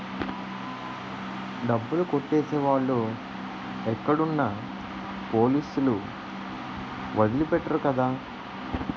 డబ్బులు కొట్టేసే వాళ్ళు ఎక్కడున్నా పోలీసులు వదిలి పెట్టరు కదా